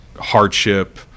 hardship